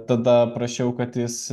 tada prašiau kad jis